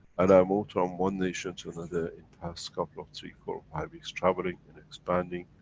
and i moved from one nation to another in past couple of three, four, five weeks traveling. and expanding.